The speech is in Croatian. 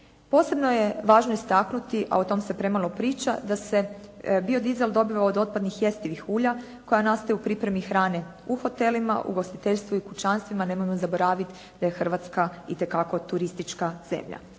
Posebno je važno istaknuti, a o tom se premalo priča, da se biodizel dobiva od otpadnih jestivih ulja koja nastaju u pripremi hrane u hotelima, ugostiteljstvu i kućanstvima. Nemojmo zaboraviti da je Hrvatska itekako turistička zemlja.